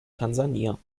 tansania